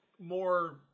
more